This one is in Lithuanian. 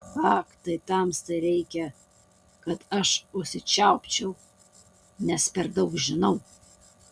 ak tai tamstai reikia kad aš užsičiaupčiau nes per daug žinau